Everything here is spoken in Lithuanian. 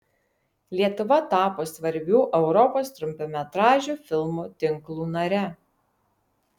lietuva tapo svarbių europos trumpametražių filmų tinklų nare